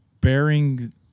bearing